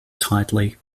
tightly